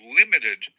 limited